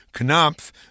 Knopf